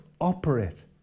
operate